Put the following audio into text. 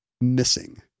missing